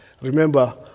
remember